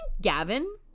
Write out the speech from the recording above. Gavin